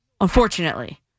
unfortunately